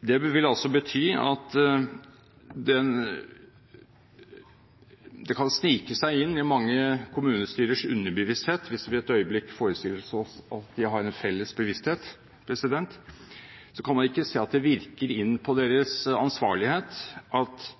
Det vil også kunne snike seg inn i mange kommunestyrers underbevissthet – hvis vi et øyeblikk forestiller oss at de har en felles bevissthet. Man kan ikke si at det virker inn på deres ansvarlighet at